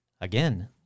Again